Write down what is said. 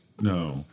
No